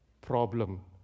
problem